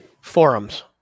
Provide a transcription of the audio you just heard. Forums